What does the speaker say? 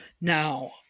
Now